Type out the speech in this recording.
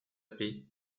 paix